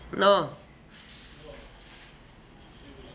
no